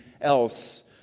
else